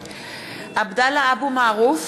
(קוראת בשמות חברי הכנסת) עבדאללה אבו מערוף,